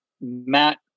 Matt